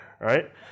right